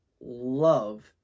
love